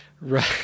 Right